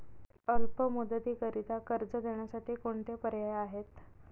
अल्प मुदतीकरीता कर्ज देण्यासाठी कोणते पर्याय आहेत?